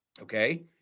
okay